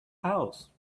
house